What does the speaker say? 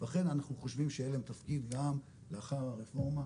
לכן אנחנו חושבים שיהיה להם תפקיד גם לאחר הרפורמה.